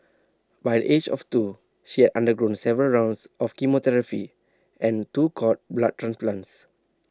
by the age of two she undergone several rounds of chemotherapy and two cord blood transplants